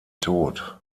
tod